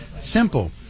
Simple